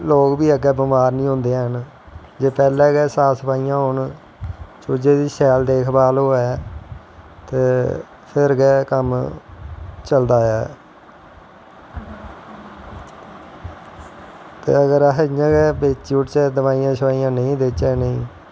लोग बी अग्गैं बहमार नी होंदे हैन जे पैह्लैं गै साफ सफाईयां होनम चूज़े दी देखभाल होऐ ते फिर गै कम्म चलदा ऐ ते अगर अस इयां गै बेची ओड़चै दवाईयां शवाईयां नेंई देच्चै इनेंगी